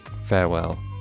Farewell